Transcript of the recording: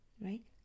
Right